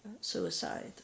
suicide